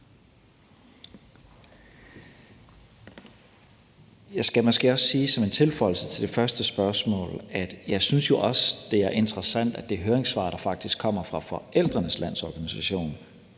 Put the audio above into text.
Jeg skal måske også som en tilføjelse til det første spørgsmål sige, at jeg jo også synes, det er interessant, at det høringssvar, der faktisk kommer fra Forældrenes Landsorganisation,